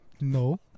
No